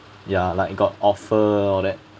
ya like got offer all that